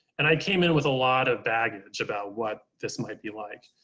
and i came in with a lot of baggage about what this might be like.